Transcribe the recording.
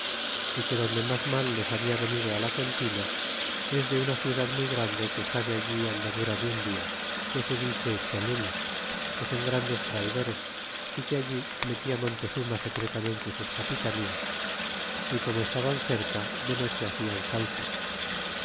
y que donde mas mal les habia venido la contina es de una ciudad muy grande que está de allí andadura de un dia que se dice cholula que son grandes traidores y que allí metía montezuma secretamente sus capitanías y como estaban cerca de noche hacían salto